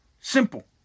simple